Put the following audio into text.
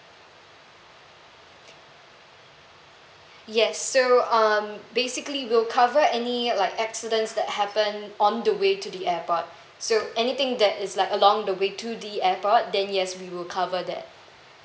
yes so um basically we'll cover any like accidents that happen on the way to the airport so anything that is like along the way to the airport then yes we will cover that